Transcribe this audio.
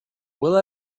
will